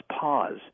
pause